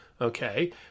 okay